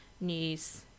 news